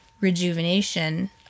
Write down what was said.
rejuvenation